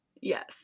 Yes